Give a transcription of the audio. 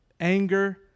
anger